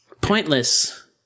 Pointless